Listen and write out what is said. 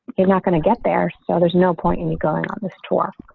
you're not going to get there. so there's no point in you going on this tour.